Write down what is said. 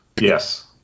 Yes